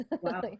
Wow